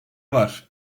var